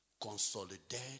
consolidate